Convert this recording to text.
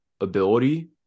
ability